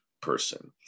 person